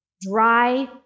dry